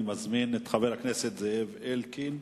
אני מזמין את חבר הכנסת זאב אלקין.